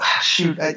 shoot